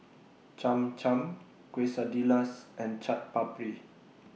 Cham Cham Quesadillas and Chaat Papri